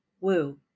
Woo